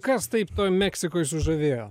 kas taip meksikoj sužavėjo